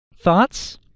Thoughts